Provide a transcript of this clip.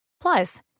Plus